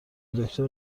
دکتر